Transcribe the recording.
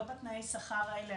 לא בתנאי שכר האלה.